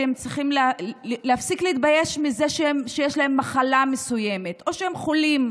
והם צריכים להפסיק להתבייש בזה שיש להם מחלה מסוימת או שהם חולים.